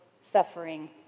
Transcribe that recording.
suffering